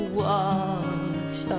watch